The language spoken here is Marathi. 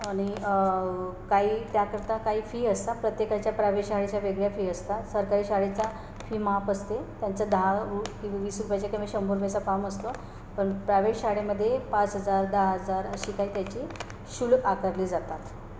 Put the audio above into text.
आणि काही त्याकरता काही फी असा प्रत्येकाच्या प्रायव्हे शाळेच्या वेगळ्या फी असतात सरकारी शाळेचा फी माफ असते त्यांचा दहा वीस रुपयाच्या किंवा शंभर रुपयाचा फाम असतो पण प्रायव्हेट शाळेमध्ये पाच हजार दहा हजार अशी काही त्याची शुल्क आकारली जातात